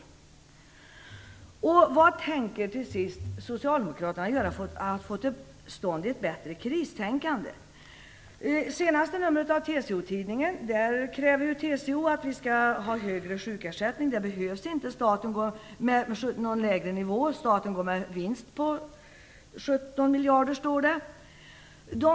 Till sist: Vad tänker socialdemokraterna göra för att få till stånd ett bättre kristänkande? I senaste numret av TCO-tidningen kräver ju TCO en högre sjukersättning. Det behövs inte någon lägre nivå när staten går med en vinst på 17 miljarder, står det att läsa.